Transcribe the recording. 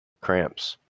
cramps